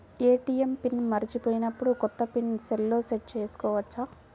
ATM pin మరచిపోయినప్పుడు, కొత్త pin సెల్లో సెట్ చేసుకోవచ్చా?